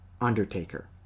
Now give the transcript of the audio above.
undertaker